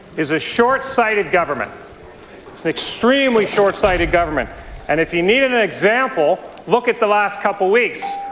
is a short-sighted government. it's an extremely short-sighted government and if you needed an example, look at the last couple of weeks.